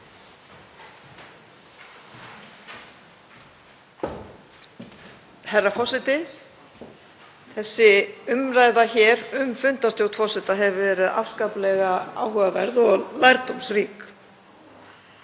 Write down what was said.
Herra forseti. Þessi umræða um fundarstjórn forseta hefur verið afskaplega áhugaverð og lærdómsrík.